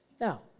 Now